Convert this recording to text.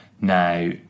now